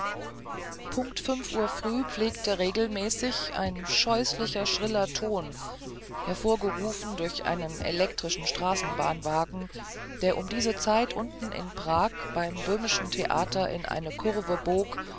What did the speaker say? punkt uhr früh pflegte regelmäßig ein scheußlicher schriller ton hervorgerufen durch einen elektrischen straßenbahnwagen der um diese zeit unten in prag beim böhmischen theater in eine kurve bog